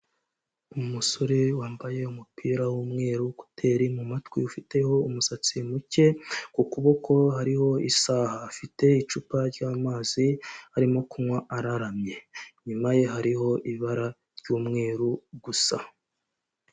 Umusore wambaye umupira w'umweru, kuteri mu matwi, ufiteho umusatsi muke, ku kuboko hariho isaha, afite icupa ry'amazi arimo kunywa araramye, inyuma ye hariho ibara ry'umweru gusa.